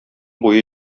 буе